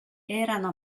erano